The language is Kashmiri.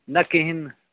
نہ کِہینۍ نہٕ